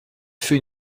fait